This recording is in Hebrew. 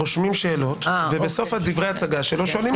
רושמים שאלות, ובסוף ההצגה שלו שואלים אותו.